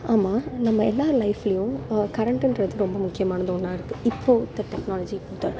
ஆமாம் நம்ம எல்லோர் லைஃப்லேயும் கரண்ட்டுன்றது ரொம்ப முக்கியமானது ஒன்னாக இருக்குது இப்போது இந்த டெக்னாலஜி